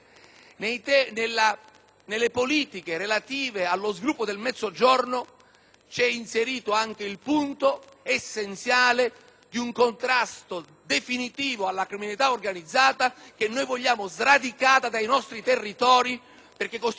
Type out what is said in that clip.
vi è inserito anche l'aspetto essenziale del contrasto definitivo alla criminalità organizzata, che noi vogliamo sradicata dai nostri territori, perché costituisce il più grave *handicap* allo sviluppo del nostro sistema economico e sociale.